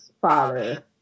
father